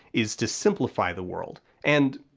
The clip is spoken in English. is to simplify the world. and,